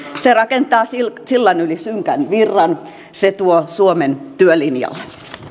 se rakentaa sillan sillan yli synkän virran se tuo suomen työlinjalle